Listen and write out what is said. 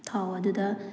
ꯊꯥꯎ ꯑꯗꯨꯗ